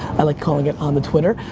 i like calling it on the twitter.